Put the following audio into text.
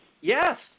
Yes